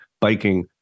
biking